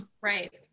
Right